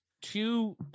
two